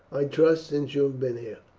i trust, since you have been here?